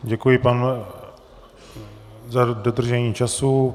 Děkuji za dodržení času.